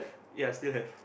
ya still have